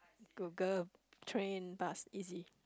Google train bus easy